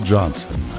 Johnson